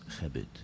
habit